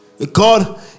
God